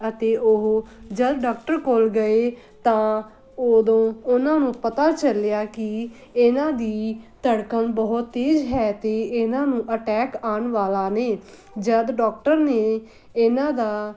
ਅਤੇ ਉਹ ਜਦ ਡਾਕਟਰ ਕੋਲ ਗਏ ਤਾਂ ਉਦੋਂ ਉਹਨਾਂ ਨੂੰ ਪਤਾ ਚੱਲਿਆ ਕਿ ਇਹਨਾਂ ਦੀ ਧੜਕਣ ਬਹੁਤ ਤੇਜ਼ ਹੈ ਅਤੇ ਇਹਨਾਂ ਨੂੰ ਅਟੈਕ ਆਉਣ ਵਾਲਾ ਨੇ ਜਦ ਡਾਕਟਰ ਨੇ ਇਹਨਾਂ ਦਾ